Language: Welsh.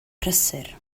prysur